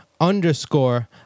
underscore